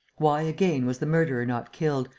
why again was the murderer not killed,